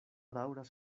daŭras